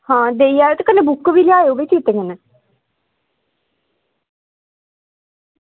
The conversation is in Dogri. हां देई जाएओ ते कन्नै बुक बी लेआएओ भई चेते कन्नै